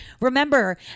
Remember